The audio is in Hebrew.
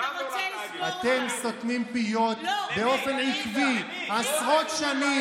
אתם סותמים פיות באופן עקבי עשרות שנים.